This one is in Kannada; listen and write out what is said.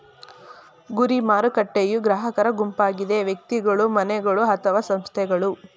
ಗುರಿ ಮಾರುಕಟ್ಟೆಯೂ ಗ್ರಾಹಕರ ಗುಂಪಾಗಿದೆ ವ್ಯಕ್ತಿಗಳು, ಮನೆಗಳು ಅಥವಾ ಸಂಸ್ಥೆಗಳು